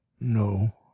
no